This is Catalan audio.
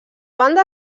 banda